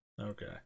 Okay